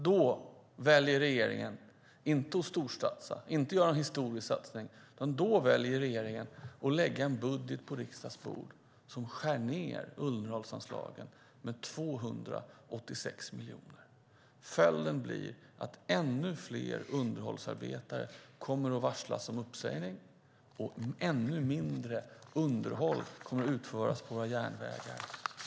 Då väljer regeringen inte att storsatsa, inte att göra någon historisk satsning utan att lägga fram en budget där man skär ned underhållsanslagen med 286 miljoner. Följden blir att ännu fler underhållsarbetare kommer att varslas om uppsägning, och ännu mindre underhåll kommer att utföras på våra järnvägar.